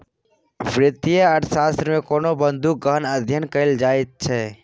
वित्तीय अर्थशास्त्रमे कोनो बिंदूक गहन अध्ययन कएल जाइत छै